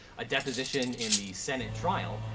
a deposition in the senate trial,